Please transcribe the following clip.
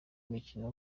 mikino